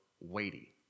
weighty